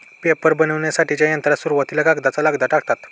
paper बनविण्याच्या यंत्रात सुरुवातीला कागदाचा लगदा टाकतात